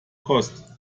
kost